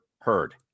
heard